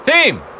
Team